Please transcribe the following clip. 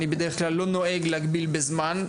אני בדרך כלל לא נוהג להגביל בזמן,